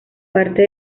parte